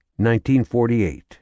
1948